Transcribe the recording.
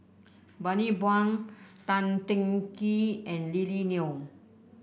Bani Buang Tan Teng Kee and Lily Neo